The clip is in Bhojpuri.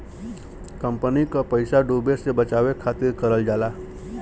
कंपनी क पइसा डूबे से बचावे खातिर करल जाला